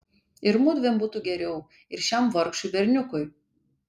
ir mudviem būtų geriau ir šiam vargšui berniukui